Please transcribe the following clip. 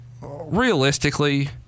realistically